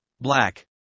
black